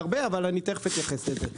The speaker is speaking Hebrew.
אבל אני אתייחס לזה.